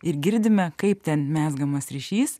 ir girdime kaip ten mezgamas ryšys